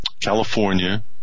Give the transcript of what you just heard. California